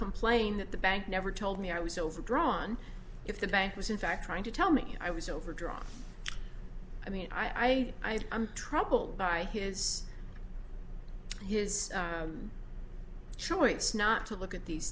complain that the bank never told me i was overdrawn if the bank was in fact trying to tell me i was overdrawn i mean i am troubled by his his choice not to look at these